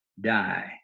die